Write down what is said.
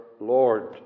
Lord